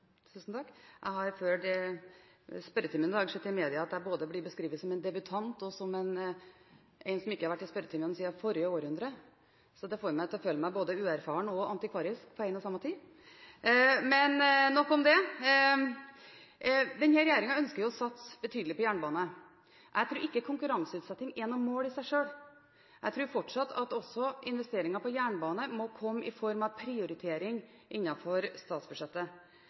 Tusen takk! Jeg har fulgt spørretimen og sett i media at jeg både blir beskrevet som en debutant og som en som ikke har vært i spørretimen siden forrige århundre. Så det får meg til å føle meg både uerfaren og antikvarisk på en og samme tid – men nok om det. Denne regjeringen ønsker å satse betydelig på jernbane. Jeg tror ikke konkurranseutsetting er noe mål i seg selv, jeg tror fortsatt at også investeringer i jernbane må komme i form av prioritering innenfor statsbudsjettet.